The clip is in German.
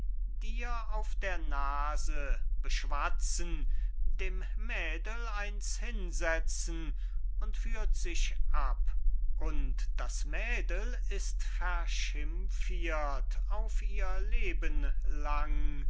dir auf der nase beschwatzen dem mädel eins hinsetzen und führt sich ab und das mädel ist verschimpfiert auf ihr